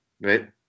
right